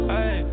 Hey